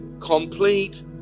Complete